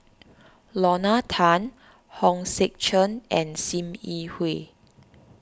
Lorna Tan Hong Sek Chern and Sim Yi Hui